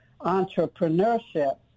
entrepreneurship